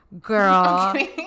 girl